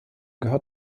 gehört